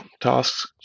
tasks